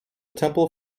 temple